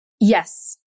Yes